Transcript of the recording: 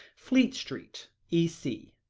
fleet street, e c.